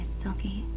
silky